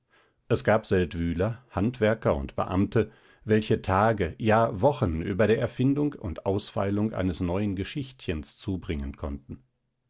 es gab seldwyler handwerker und beamte welche tage ja wochen über der erfindung und ausfeilung eines neuen geschichtchens zubringen konnten